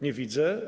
Nie widzę.